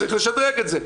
צריך לשדרג את זה.